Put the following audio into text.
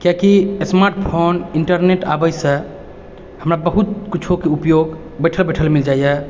किआकी smart phone internet आबैसँ हमरा बहुत कुछोके उपयोग बैठल बैठल मिल जाइए